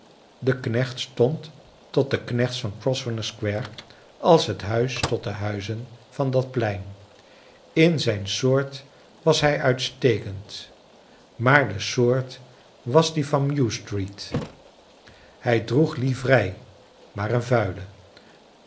de knecht stond tot de knechts van grosvenor square als het huis tot de huizen van dat plein in zijn soort was hij uitstekend maar de soort was die van mews street hij droeg livrei maar een vuile